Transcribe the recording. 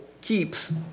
keeps